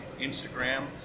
Instagram